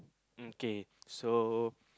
mm K so